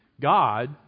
God